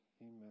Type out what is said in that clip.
Amen